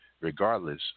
regardless